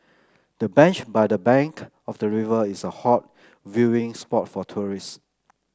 the bench by the bank of the river is a hot viewing spot for tourists